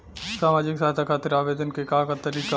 सामाजिक सहायता खातिर आवेदन के का तरीका बा?